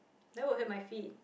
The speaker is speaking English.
that will hurt my feet